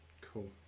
Cool